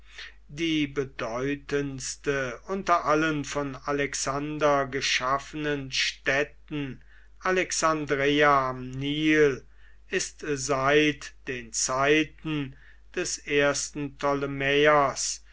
die bedeutendste unter allen von alexander geschaffenen städten alexandreia am nil ist seit den zeiten des ersten